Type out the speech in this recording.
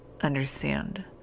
understand